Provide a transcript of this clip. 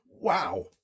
wow